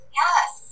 yes